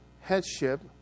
headship